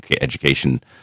education